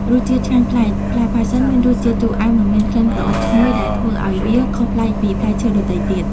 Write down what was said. រសជាតិឆ្ងាញ់ប្លែក ផ្លែផាសសិនមានរសជាតិ ជូរអែម និងមាន ក្លិនក្រអូបឈ្ងុយ ដែលធ្វើឱ្យវាខុសប្លែកពីផ្លែឈើដទៃទៀត។